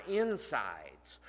insides